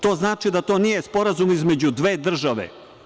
To znači da to nije sporazum između dve države.